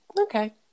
Okay